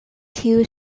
tiu